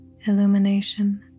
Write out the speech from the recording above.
illumination